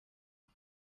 for